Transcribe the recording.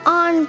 on